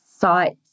sites